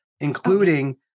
including